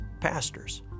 pastors